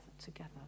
together